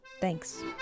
Thanks